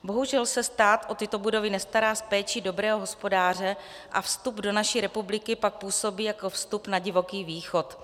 Bohužel se stát o tyto budovy nestará s péčí dobrého hospodáře a vstup do naší republiky pak působí jako vstup na divoký východ.